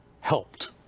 helped